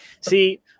See